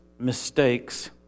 mistakes